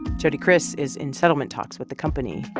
jody kriss is in settlement talks with the company.